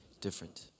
different